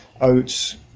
oats